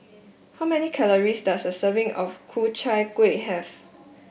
how many calories does a serving of Ku Chai Kueh have